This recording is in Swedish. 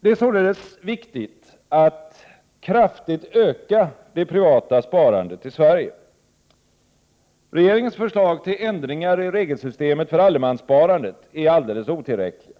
Det är således viktigt att kraftigt öka det privata sparandet i Sverige. Regeringens förslag till ändringar i regelsystemet för allemanssparandet är alldeles otillräckliga.